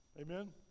Amen